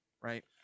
right